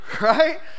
Right